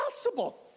impossible